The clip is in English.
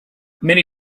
many